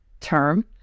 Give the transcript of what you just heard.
term